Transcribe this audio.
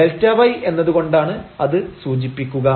Δy എന്നത് കൊണ്ടാണ് അത് സൂചിപ്പിക്കുക